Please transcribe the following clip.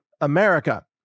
America